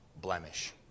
blemish